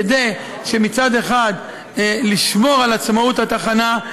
כדי מצד אחד לשמור על עצמאות התחנה,